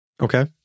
Okay